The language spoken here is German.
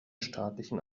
staatlichen